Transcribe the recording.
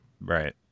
Right